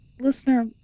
Listener